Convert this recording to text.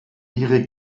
ihre